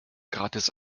gratis